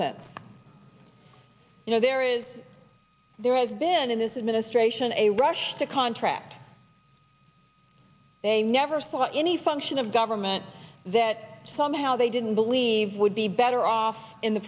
sense you know there is there has been in this administration a rush to contract they never saw any function of government that somehow they didn't believe would be better off in the